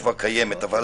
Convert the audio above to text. עסקים.